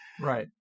Right